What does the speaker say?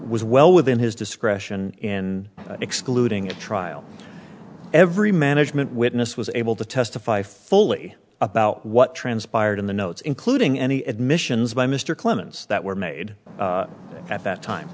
was well within his discretion in excluding a trial every management witness was able to testify fully about what transpired in the notes including any admissions by mr clements that were made at that time